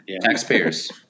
Taxpayers